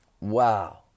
Wow